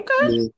Okay